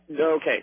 Okay